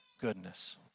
goodness